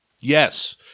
Yes